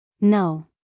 No